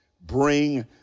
bring